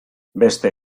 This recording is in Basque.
beste